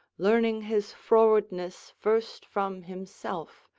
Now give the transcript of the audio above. learning his frowardness first from himself,